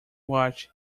watch